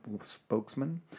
spokesman